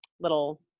little